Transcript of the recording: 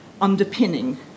underpinning